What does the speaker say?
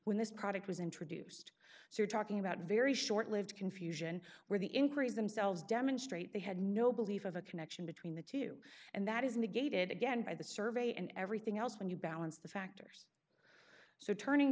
when this product was introduced so we're talking about very short lived confusion where the inquiries themselves demonstrate they had no belief of a connection between the two and that is negated again by the survey and everything else when you balance the factors so turning